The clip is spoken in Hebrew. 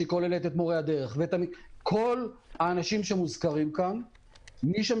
שכוללת את מורי הדרך ואת כל האנשים שמוזכרים כאן צריך לדעת